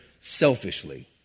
selfishly